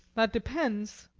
that depends